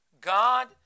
God